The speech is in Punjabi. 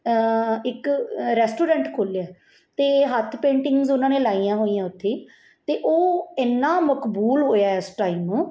ਇੱਕ ਰੈਸਟੋਰੈਂਟ ਖੋਲ੍ਹ ਲਿਆ ਅਤੇ ਹੱਥ ਪੇਂਟਿੰਗ ਉਹਨਾਂ ਨੇ ਲਾਈਆਂ ਹੋਈਆਂ ਉੱਥੇ ਅਤੇ ਉਹ ਇੰਨਾ ਮਕਬੂਲ ਹੋਇਆ ਇਸ ਟਾਈਮ